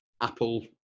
Apple